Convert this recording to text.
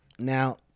Now